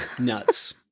Nuts